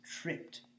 tripped